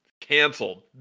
Canceled